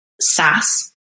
sass